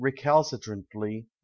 recalcitrantly